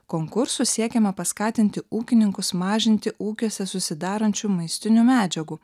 konkursu siekiama paskatinti ūkininkus mažinti ūkiuose susidarančių maistinių medžiagų